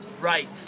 Right